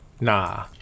nah